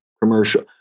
commercial